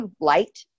light